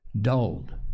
dulled